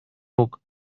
рог